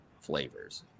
flavors